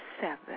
seven